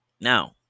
Now